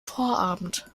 vorabend